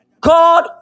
God